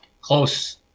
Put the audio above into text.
close